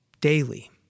daily